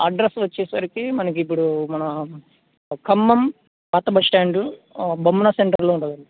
address వచ్చేసరికి మనకి ఇప్పుడు మన ఖమ్మం కొత్త బస్టాండ్ బొమ్మన సెంటర్లో ఉంటుందండి